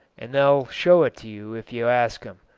and they'll show it to you if you ask em.